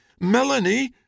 Melanie